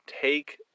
Take